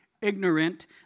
ignorant